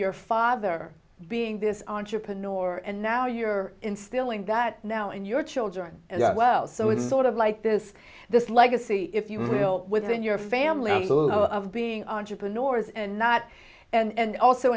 your father being this entrepreneur and now you're instilling that now in your children as well so it's sort of like this this legacy if you will within your family of being entrepreneurs and not and a